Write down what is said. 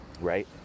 right